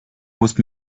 musst